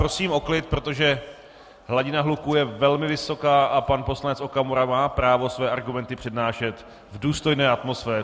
Prosím o klid, protože hladina hluku je velmi vysoká a pan poslanec Okamura má právo své argumenty přednášet v důstojné atmosféře.